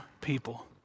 people